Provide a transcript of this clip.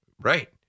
Right